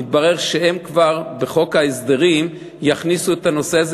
מתברר שהם כבר בחוק ההסדרים יכניסו את הנושא הזה